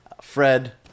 Fred